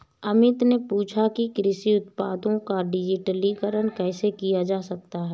अमित ने पूछा कि कृषि उत्पादों का डिजिटलीकरण कैसे किया जा सकता है?